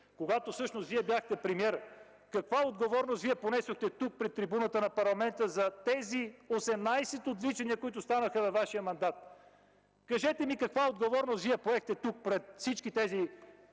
когато Вие бяхте премиер, каква отговорност понесохте тук, пред трибуната на парламента за тези 18 отвличания, които станаха във Вашия мандат. Кажете ми, каква отговорност поехте Вие тук пред всички тези